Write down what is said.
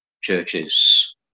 churches